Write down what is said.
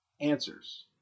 answers